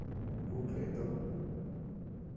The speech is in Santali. ᱵᱩᱠ ᱞᱮᱫ ᱫᱚ